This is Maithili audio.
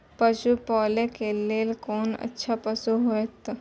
पशु पालै के लेल कोन अच्छा पशु होयत?